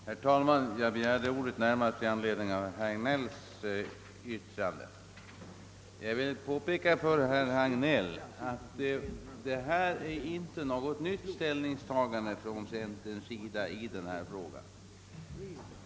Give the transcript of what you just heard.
Herr talman! Jag begärde ordet närmast i anledning av herr Hagnells yttrande. Jag vill påpeka för herr Hagnell att centerpartiet i denna fråga inte gör något nytt ställningstagande.